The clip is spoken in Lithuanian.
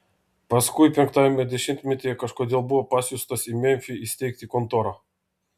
paskui penktajame dešimtmetyje kažkodėl buvo pasiųstas į memfį įsteigti kontorą